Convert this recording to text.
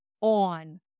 on